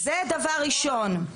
זה דבר ראשון, אוקי?